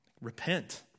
Repent